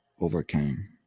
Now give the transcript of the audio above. overcame